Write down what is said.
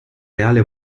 reale